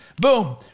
boom